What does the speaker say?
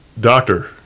doctor